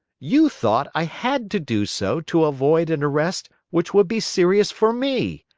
you thought i had to do so to avoid an arrest which would be serious for me.